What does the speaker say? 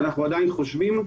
ואנחנו עדיין חושבים,